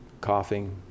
coughing